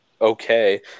okay